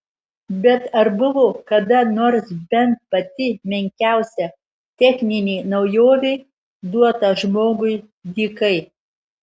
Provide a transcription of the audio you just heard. bet ar buvo kada nors bent pati menkiausia techninė naujovė duota žmogui dykai